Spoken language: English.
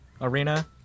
Arena